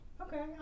okay